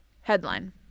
headline